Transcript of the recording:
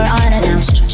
unannounced